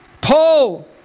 Paul